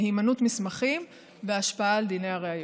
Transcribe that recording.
מהימנות מסמכים והשפעה על דיני הראיות.